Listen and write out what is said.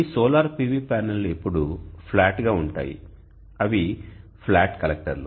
ఈ solar PV ప్యానెల్లు ఎప్పుడూ ఫ్లాట్ గా ఉంటాయి అవి ఫ్లాట్ కలెక్టర్లు